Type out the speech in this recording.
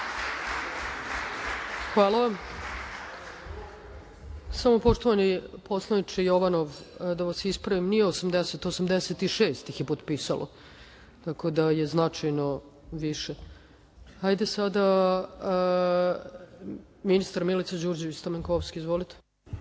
Hvala vam. Poštovani poslaniče Jovanov, da vas ispravim, nije 80, 86 ih je potpisalo, tako da je značajno više. Reč ima ministar Milica Đurđević Stamenkovski. Izvolite.